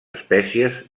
espècies